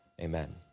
amen